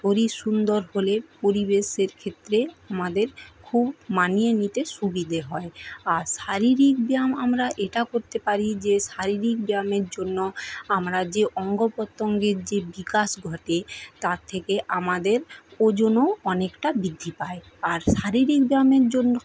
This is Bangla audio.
শরীর সুন্দর হলে পরিবেশের ক্ষেত্রে আমাদের খুব মানিয়ে নিতে সুবিধে হয় আর শারীরিক ব্যায়াম আমরা এটা করতে পারি যে শারীরিক ব্যায়ামের জন্য আমরা যে অঙ্গ প্রত্যঙ্গের যে বিকাশ ঘটে তার থেকে আমাদের ওজনও অনেকটা বৃদ্ধি পায় আর শারীরিক ব্যায়ামের জন্য